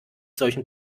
solchen